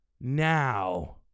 now